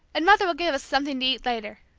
and mother will give us something to eat later